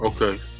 Okay